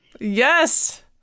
Yes